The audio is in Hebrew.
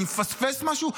אני מפספס משהו?